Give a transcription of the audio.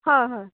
হয় হয়